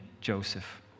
joseph